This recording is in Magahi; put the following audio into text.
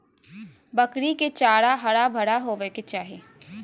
बकरी के चारा हरा भरा होबय के चाही